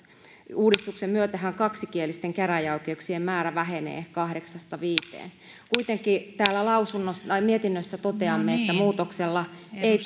uudistuksen myötähän kaksikielisten käräjäoikeuksien määrä vähenee kahdeksasta viiteen kuitenkin täällä mietinnössä toteamme että muutoksella ei